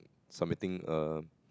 submitting a